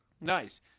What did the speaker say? nice